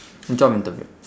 job interview